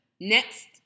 next